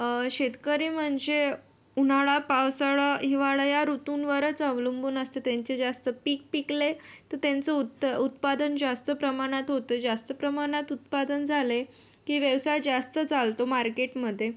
शेतकरी म्हणजे उन्हाळा पावसाळा हिवाळा ह्या ऋतूंवरच अवलंबून असते त्यांचे जास्त पीक पिकले तर त्यांचं उत उत्पादन जास्त प्रमाणात होतं जास्त प्रमाणात उत्पादन झाले की व्यवसाय जास्त चालतो मार्केटमध्ये